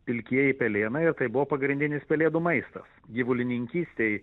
pilkieji pelėnai ir tai buvo pagrindinis pelėdų maistas gyvulininkystei